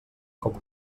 com